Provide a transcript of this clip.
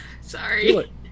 Sorry